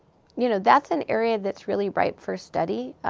you know, that's an area that's really ripe for study.